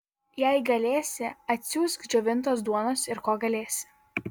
jei galėsi atsiųsk džiovintos duonos ir ko galėsi